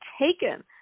taken